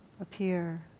appear